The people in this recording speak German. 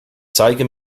zeige